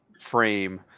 frame